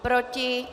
Proti?